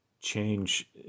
change